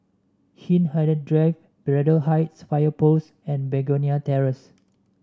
Hindhede Drive Braddell Heights Fire Post and Begonia Terrace